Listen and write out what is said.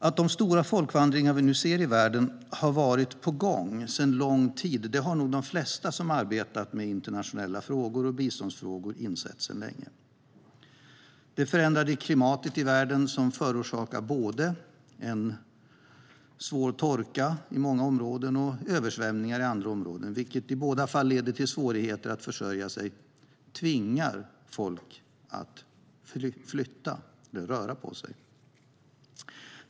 Att de stora folkvandringar vi nu ser i världen har varit på gång sedan lång tid har nog de flesta som arbetat med internationella frågor och biståndsfrågor insett sedan länge. Det förändrade klimatet i världen förorsakar både svår torka i många områden och översvämningar i andra områden. Det leder i båda fall till svårigheter att försörja sig, vilket tvingar folk att röra på sig.